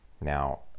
Now